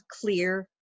clear